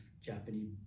Japanese